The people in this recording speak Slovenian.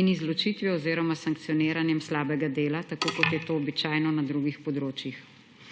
in izločitvijo oziroma sankcioniranjem slabega dela, tako kot je to običajno na drugih področjih.